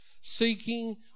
seeking